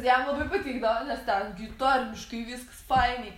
jam labai patikdavo nes ten gi tarmiškai viskas fainiai